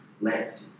left